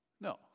No